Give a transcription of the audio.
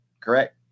correct